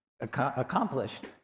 accomplished